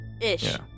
Ish